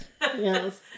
Yes